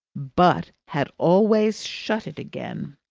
but had always shut it again,